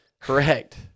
Correct